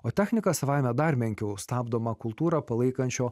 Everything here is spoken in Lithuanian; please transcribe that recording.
o technika savaime dar menkiau stabdoma kultūrą palaikančio